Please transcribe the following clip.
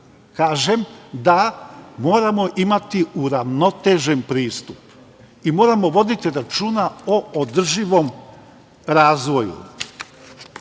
kažem da moramo imati uravnotežen pristup i moramo voditi računa o održivom razvoju. Dalje,